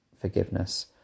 forgiveness